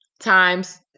times